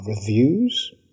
Reviews